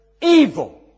Evil